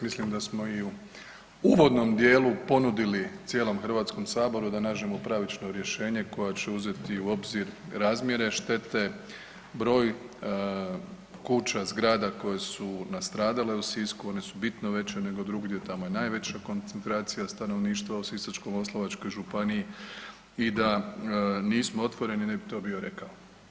Mislim da smo i u uvodnom djelu ponudili cijelom Hrvatskom saboru da nađemo pravično rješenje koje će uzeti u obzir razmjere štete, broj kuća, zgrada koje su nastradale u Sisku, one su bitno veće nego drugdje, tamo je najveća koncentracija stanovništva u Sisačko-moslavačkoj županiji i da nismo otvoreni, ne bi to bio rekao.